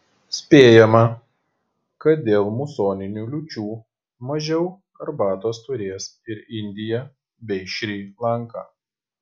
spėjama kad dėl musoninių liūčių mažiau arbatos turės ir indija bei šri lanka